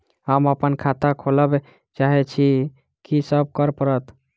हम अप्पन खाता खोलब चाहै छी की सब करऽ पड़त?